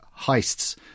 heists